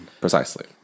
Precisely